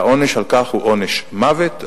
והעונש על כך הוא עונש מוות.